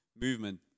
Movement